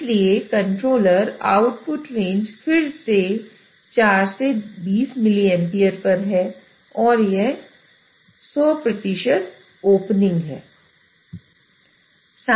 इसलिए controller output range फिर से 4 से 20 मिलीएम्पीयर पर हैं और यह 100 ओपनिंग है